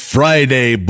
Friday